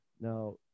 now